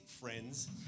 friends